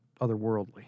otherworldly